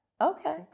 okay